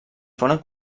foren